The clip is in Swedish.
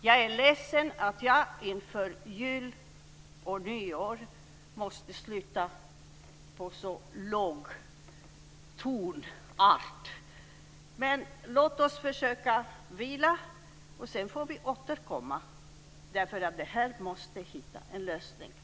Jag är ledsen att jag inför jul och nyår måste sluta i en så låg tonart. Men låt oss försöka vila, och sedan får vi återkomma. Här måste vi nämligen hitta en lösning.